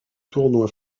tournois